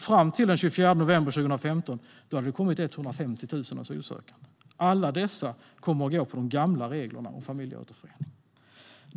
Fram till den 24 november 2015 hade det kommit 150 000 asylsökande. Alla dessa kommer att gå på de gamla reglerna om familjeåterförening.